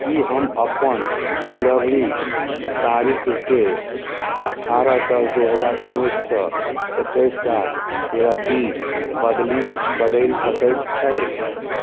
कि हम अपन डिलिवरीके तारीखके अठारह दस दुइ हजार उनैससँ एकैस सात दुइ हजार बीस बदली बदलि सकै छै